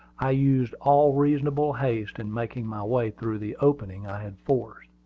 i used all reasonable haste in making my way through the opening i had forced.